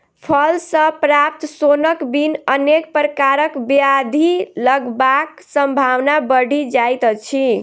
फल सॅ प्राप्त सोनक बिन अनेक प्रकारक ब्याधि लगबाक संभावना बढ़ि जाइत अछि